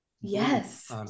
yes